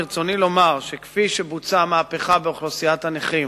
ברצוני לומר שכפי שבוצעה המהפכה באוכלוסיית הנכים